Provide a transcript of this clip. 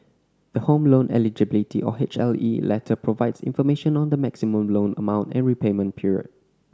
the Home Loan Eligibility or H L E letter provides information on the maximum loan amount and repayment period